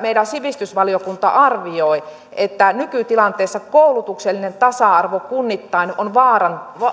meidän sivistysvaliokunta arvioi että nykytilanteessa koulutuksellinen tasa arvo kunnittain